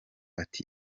ati